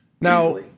Now